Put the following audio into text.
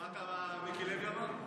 שמעת מה מיקי לוי אמר?